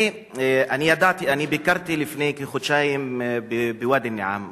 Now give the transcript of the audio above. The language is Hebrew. אני ביקרתי לפני כחודשיים בוואדי-אל-נעם,